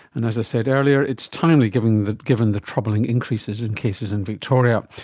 and as i said earlier, it's timely given the given the troubling increases in cases in victoria.